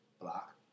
Block